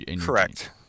Correct